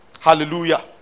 Hallelujah